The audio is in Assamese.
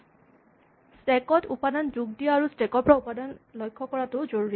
স্টেক ত উপাদান যোগ দিয়া আৰু স্টেক ৰ পৰা উপাদান লক্ষ্য কৰাটোও জৰুৰী